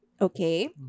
okay